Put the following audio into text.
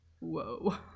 whoa